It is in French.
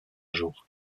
jour